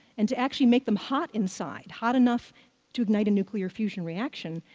and to actually make them hot inside, hot enough to ignite a nuclear fusion reaction,